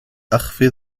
أخفض